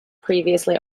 previously